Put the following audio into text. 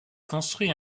construit